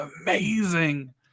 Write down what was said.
amazing